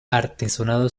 artesonado